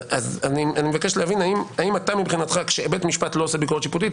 אני מבקש להבין האם אתה מבחינתך כשבית משפט לא עושה ביקורת שיפוטית,